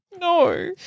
No